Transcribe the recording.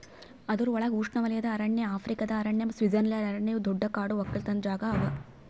ಅದುರ್ ಒಳಗ್ ಉಷ್ಣೆವಲಯದ ಅರಣ್ಯ, ಆಫ್ರಿಕಾದ ಅರಣ್ಯ ಮತ್ತ ಸ್ವಿಟ್ಜರ್ಲೆಂಡ್ ಅರಣ್ಯ ಇವು ದೊಡ್ಡ ಕಾಡು ಒಕ್ಕಲತನ ಜಾಗಾ ಅವಾ